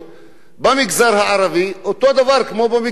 במגזר הערבי כמו במגזר היהודי.